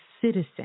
citizen